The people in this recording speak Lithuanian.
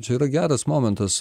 čia yra geras momentas